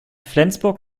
flensburg